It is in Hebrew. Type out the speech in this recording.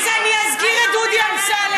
אז אני אזכיר את דודי אמסלם.